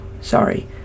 sorry